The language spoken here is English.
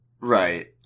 Right